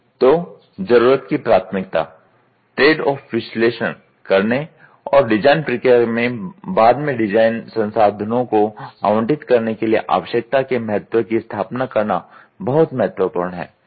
तो जरुरत की प्राथमिकता ट्रेड ऑफ विश्लेषण करने और डिजाइन प्रक्रिया में बाद में डिजाइन संसाधनों को आवंटित करने के लिए आवश्यकता के महत्व की स्थापना करना बहुत महत्वपूर्ण है